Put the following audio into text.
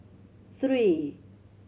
three